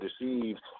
deceived